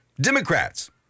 Democrats